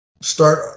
start